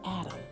Adam